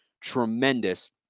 tremendous